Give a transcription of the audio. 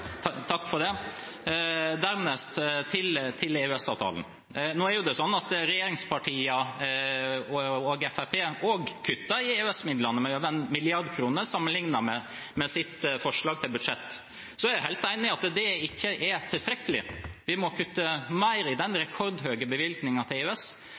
Takk for det! Dernest til EØS-avtalen: Regjeringspartiene og Fremskrittspartiet kutter også i EØS-midlene – med over en milliard kroner sammenlignet med sitt forslag til budsjett. Jeg er helt enig i at det ikke er tilstrekkelig. Vi må kutte mer i den rekordhøye bevilgningen til EØS